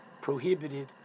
prohibited